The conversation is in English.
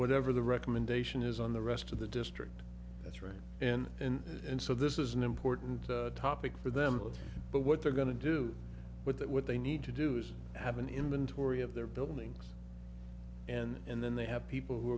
whatever the recommendation is on the rest of the district that's right and and so this is an important topic for them but what they're going to do with that what they need to do is have an inventory of their buildings and then they have people who